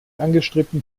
angestrebten